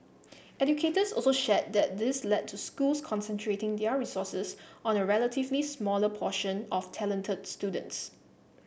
educators also shared that this led to schools concentrating their resources on a relatively smaller portion of talented students